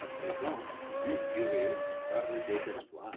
à présent plus furieux par le désespoir